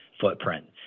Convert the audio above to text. footprint